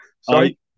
Sorry